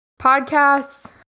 podcasts